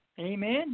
Amen